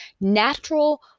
natural